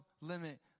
limit